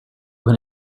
when